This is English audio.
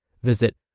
Visit